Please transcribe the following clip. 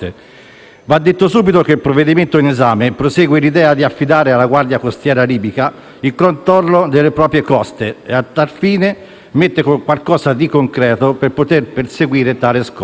Va detto subito che il provvedimento in esame persegue l'idea di affidare alla Guardia costiera libica il controllo delle proprie coste e, a tal fine, prevede qualcosa di concreto per ottenere tale scopo.